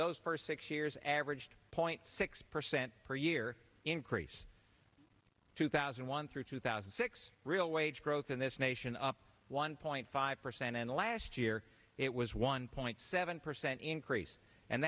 those first six years averaged point six percent per year increase two thousand and one through two thousand and six real wage growth in this nation up one point five percent and last year it was one point seven percent increase and